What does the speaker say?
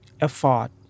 effort